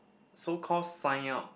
so call sign up